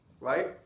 Right